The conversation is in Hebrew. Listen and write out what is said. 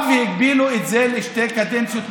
באו והגבילו את זה לשתי קדנציות בלבד.